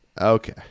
Okay